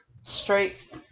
straight